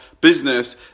business